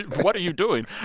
what are you doing? and,